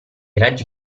raggi